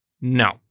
No